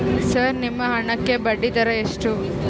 Sir ನಿಮ್ಮ ಹಣಕ್ಕೆ ಬಡ್ಡಿದರ ಎಷ್ಟು?